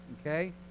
Okay